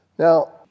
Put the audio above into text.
Now